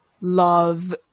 love